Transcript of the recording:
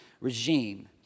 regime